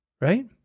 Right